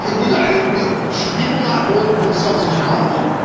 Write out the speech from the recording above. and we got a we should people not hold themselves accountable